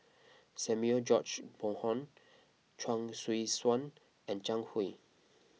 Samuel George Bonham Chuang Hui Tsuan and Zhang Hui